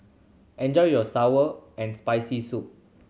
enjoy your sour and Spicy Soup